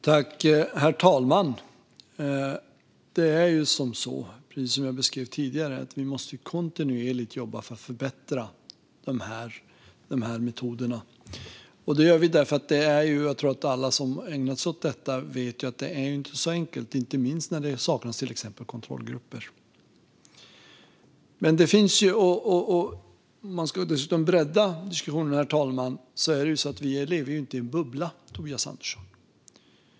Herr talman! Precis som jag beskrev tidigare måste vi kontinuerligt jobba för att förbättra de här metoderna, och det gör vi. Jag tror att alla som har ägnat sig åt detta vet att det inte är så enkelt, inte minst när det till exempel saknas kontrollgrupper. Man ska dessutom bredda diskussionen. Vi lever ju inte i en bubbla, Tobias Andersson.